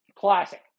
Classic